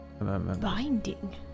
Binding